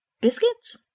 biscuits